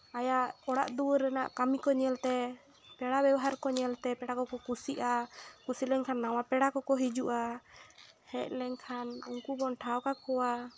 ᱟᱭᱟᱜ ᱚᱲᱟᱜ ᱫᱩᱣᱟᱹᱨ ᱨᱮᱱᱟᱜ ᱠᱟᱹᱢᱤ ᱠᱚ ᱧᱮᱞᱛᱮ ᱯᱮᱲᱟ ᱵᱮᱵᱚᱦᱟᱨ ᱠᱚ ᱧᱮᱞᱛᱮ ᱯᱮᱲᱟ ᱠᱚᱠᱚ ᱠᱩᱥᱤᱜᱼᱟ ᱠᱩᱥᱤ ᱞᱮᱱᱠᱷᱟᱱ ᱱᱟᱣᱟ ᱯᱮᱲᱟ ᱠᱚᱠᱚ ᱦᱤᱡᱩᱜᱼᱟ ᱦᱮᱡ ᱞᱮᱱᱠᱷᱟᱱ ᱩᱱᱠᱩ ᱵᱚᱱ ᱴᱷᱟᱶ ᱠᱟᱠᱚᱣᱟ